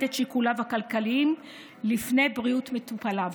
את שיקוליו הכלכליים לפני בריאות מטופליו.